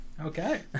Okay